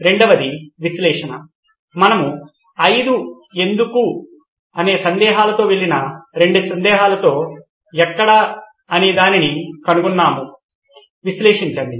రెండవది విశ్లేషణ మనము 5 ఎందుకు సందేహాలతో వెళ్ళిన రెండు సందేహాలతో ఎక్కడ కనుగొన్నాము అనేదానిని విశ్లేషించండి